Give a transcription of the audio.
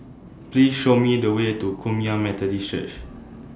Please Show Me The Way to Kum Yan Methodist Church